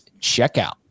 checkout